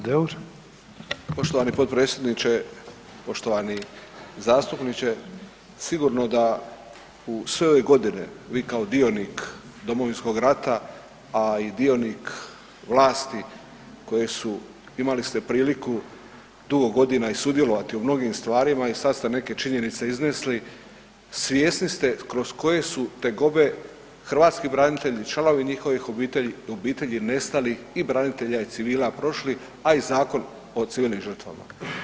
Poštovani potpredsjedniče, poštovani zastupniče sigurno da u sve ove godine vi kao dionik Domovinskog rata, a i dionik vlasti koje su imali ste priliku dugo godina i sudjelovati u mnogim stvarima i sad ste neke činjenice iznesli, svjesni ste kroz koje su tegobe hrvatski branitelji, članovi njihovih obitelji, obitelji nestalih i branitelja i civila prošli, a i Zakon o civilnim žrtvama.